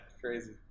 crazy